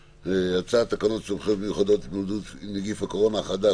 הצעת תקנות סמכויות מיוחדות להתמודדות עם נגיף הקורונה החדש